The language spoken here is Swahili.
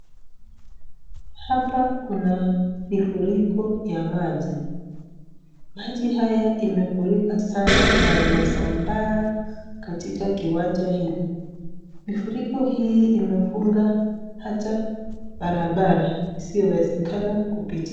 Hapa kuna mifuriko ya maji, Maji haya imefurika sana na imesambaa katika kiwanja hili, Mifuriko hii imefunga hata barabara iziyowesekana kupitika.